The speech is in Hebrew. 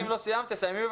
אם לא סיימת תסיימי,